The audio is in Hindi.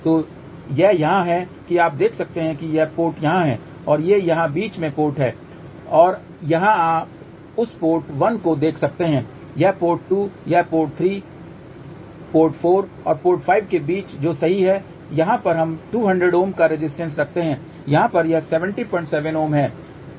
तो यह यहाँ है कि आप देख सकते हैं कि ये पोर्ट यहाँ हैं और ये यहाँ बीच में पोर्ट हैं और यहाँ आप उस पोर्ट 1 को देख सकते हैं यह पोर्ट 2 यह पोर्ट 3 है तो पोर्ट 4 और 5 के बीच जो सही है यहाँ पर हम 200 Ω का रेजिस्टेंस रखते है यहाँ पर यह 707 Ω है